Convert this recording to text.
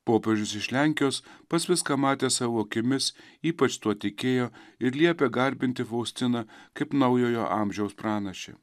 popiežius iš lenkijos pats viską matė savo akimis ypač tuo tikėjo ir liepė garbinti faustiną kaip naujojo amžiaus pranašę